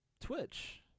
Twitch